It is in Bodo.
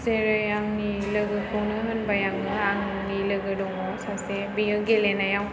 जेरै आंनि लोगोखौनो होनबाय आङो आंनि लोगो दङ सासे बियो गेलेनायाव